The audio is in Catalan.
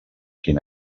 quin